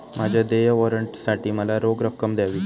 माझ्या देय वॉरंटसाठी मला रोख रक्कम द्यावी